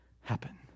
happen